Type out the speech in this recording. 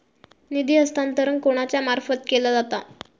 निधी हस्तांतरण कोणाच्या मार्फत केला जाता?